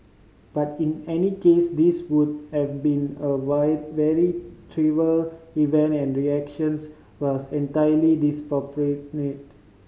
but in any case this would have been a vary very trivial event and reactions was entirely disproportionate